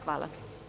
Hvala.